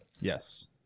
Yes